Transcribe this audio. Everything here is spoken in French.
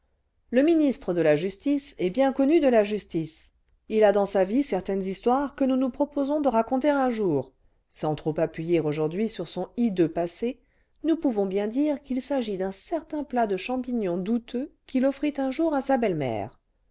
le ministre de la justice est bien connu cle la justice il a dans sa vie certaines histoires que nous nous proposons de raconter un jour sans trop appuyer aujourd'hui sur son hideux passé nous pouvons bien dire qu'il s'agit d'un certain plat de champignons douteux qu'il offrit un jour à sa belle-mère